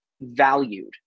valued